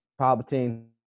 Palpatine